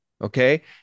Okay